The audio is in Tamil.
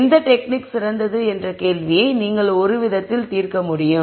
எந்த டெக்னிக் சிறந்தது என்ற கேள்வியை நீங்கள் ஒருவிதத்தில் தீர்க்க முடியும்